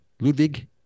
Ludwig